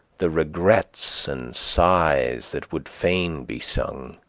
the regrets and sighs that would fain be sung.